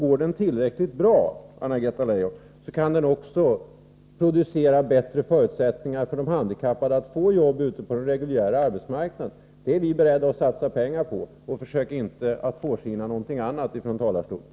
Går den tillräckligt bra, Anna-Greta Leijon, kan den också producera bättre förutsättningar för de handikappade att få jobb ute på den reguljära arbetsmarknaden. Det är vi beredda att satsa pengar på, så försök inte påskina någonting annat från talarstolen!